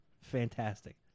fantastic